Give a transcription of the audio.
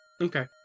Okay